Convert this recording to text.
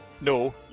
No